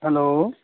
hello